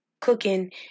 cooking